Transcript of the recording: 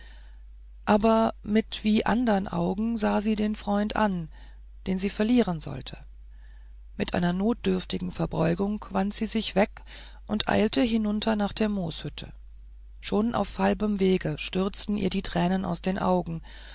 aber mit wie andern augen sah sie den freund an den sie verlieren sollte mit einer notdürftigen verbeugung wandte sie sich weg und eilte hinunter nach der mooshütte schon auf halbem wege stürzten ihr die tränen aus den augen